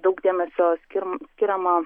daug dėmesio skir skiriama